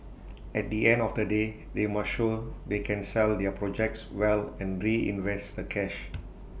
at the end of the day they must show they can sell their projects well and reinvest the cash